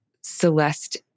Celeste